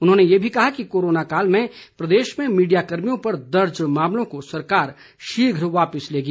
उन्होंने ये भी कहा कि कोरोना काल में प्रदेश में मीडिया कर्मियों पर दर्ज मामलों को सरकार शीघ्र वापिस लेगी